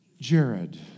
Jared